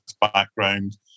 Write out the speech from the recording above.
background